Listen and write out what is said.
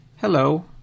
Hello